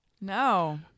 No